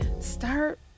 Start